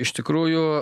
iš tikrųjų